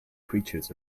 creatures